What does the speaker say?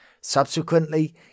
Subsequently